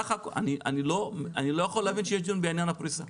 אני לא יכול להבין שיש דיון בעניין הפריסה.